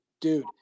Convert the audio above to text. Dude